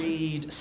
Read